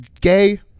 gay